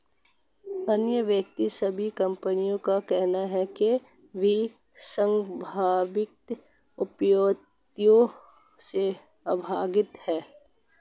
अन्य वित्तीय सेवा कंपनियों का कहना है कि वे संभावित आपत्तियों से अवगत हैं